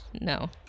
No